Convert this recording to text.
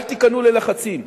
אל תיכנעו ללחצים,